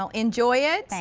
um enjoy it.